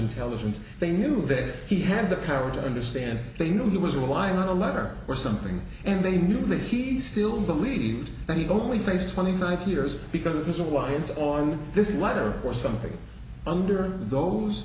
intelligence they knew that he had the power to understand they knew he was relying on a letter or something and they knew that he still believed that he only faced twenty five years because of his alliance on this letter or something under those